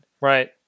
Right